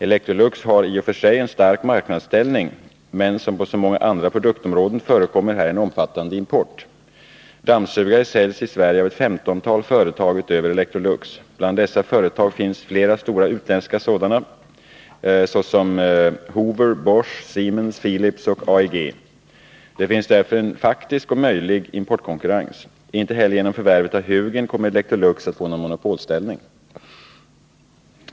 Electrolux har i och för sig en stark marknadsställning, men som på så många andra produktområden förekommer här en omfattande import. Dammsugare säljs i Sverige av ett 15-tal företag utöver Electrolux. Bland dessa företag finns flera stora utländska företag, sisom Hoover, Bosch, Siemens, Philips och AEG. Det finns därför en faktisk och möjlig importkonkurrens. Inte heller genom förvärvet av Hugin kommer Electrolux att få någon monopolställning.